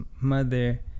mother